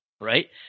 right